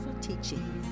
teaching